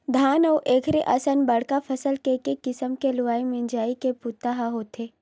धान अउ एखरे असन बड़का फसल के एके किसम ले लुवई मिजई के बूता ह होथे